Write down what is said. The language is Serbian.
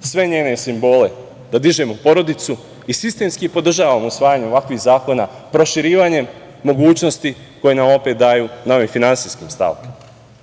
sve njene simbole, da dižemo porodicu i sistemski podržavamo usvajanje ovakvih zakona, proširivanje mogućnosti koje nam opet daju nove finansijske stavke.